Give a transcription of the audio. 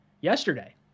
yesterday